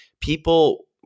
people